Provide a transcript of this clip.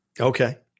Okay